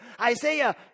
Isaiah